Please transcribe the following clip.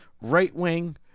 right-wing